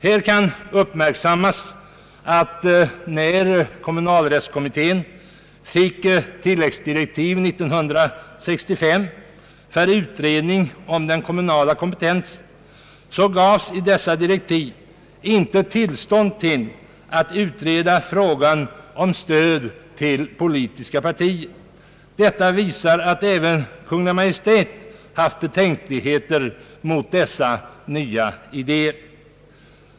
Här kan uppmärksammas att när kommunalrättskommittén fick tilläggsdirektiv 1965 för utredning om den kommunala kompetensen, gavs i dessa direktiv inte tillstånd att utreda frågan om stöd till politiska partier. Detta visar att även Kungl. Maj:t haft betänkligheter mot dessa nya idéer.